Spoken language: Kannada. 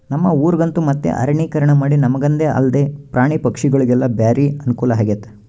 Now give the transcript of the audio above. ನಮ್ಮ ಊರಗಂತೂ ಮತ್ತೆ ಅರಣ್ಯೀಕರಣಮಾಡಿ ನಮಗಂದೆ ಅಲ್ದೆ ಪ್ರಾಣಿ ಪಕ್ಷಿಗುಳಿಗೆಲ್ಲ ಬಾರಿ ಅನುಕೂಲಾಗೆತೆ